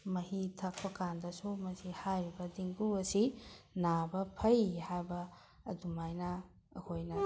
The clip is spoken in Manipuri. ꯃꯍꯤ ꯊꯛꯄ ꯀꯥꯟꯗꯁꯨ ꯃꯁꯤ ꯍꯥꯏꯔꯤꯕ ꯗꯦꯡꯒꯨ ꯑꯁꯤ ꯅꯥꯕ ꯐꯩ ꯍꯥꯏꯕ ꯑꯗꯨꯃꯥꯏꯅ ꯑꯩꯈꯣꯏꯅ